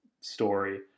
story